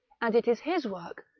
and it is his work,